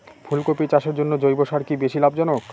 ফুলকপি চাষের জন্য জৈব সার কি বেশী লাভজনক?